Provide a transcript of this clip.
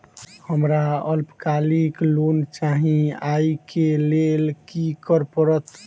हमरा अल्पकालिक लोन चाहि अई केँ लेल की करऽ पड़त?